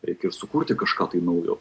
reikės sukurti kažką naujo